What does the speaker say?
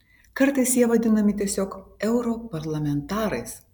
kartais jie vadinami tiesiog europarlamentarais